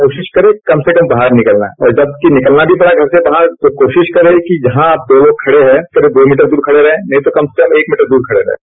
कोशिश करे कम से कम बाहर निकलना और जबकि निकलना भी पड़ा घर से बाहर तो कोशिश करें कि जहां आप दो लोग खड़े हैं करीब दो मीटर दूर खडें रहें नहीं तो कम से कम एक मीटर दूर खड़े रहें